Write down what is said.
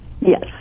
Yes